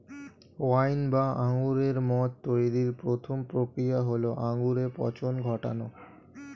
wine বা আঙুরের মদ তৈরির প্রথম প্রক্রিয়া হল আঙুরে পচন ঘটানো